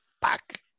back